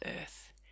earth